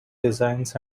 designs